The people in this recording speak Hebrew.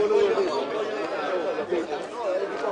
בשעה